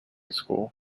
school